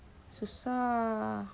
susah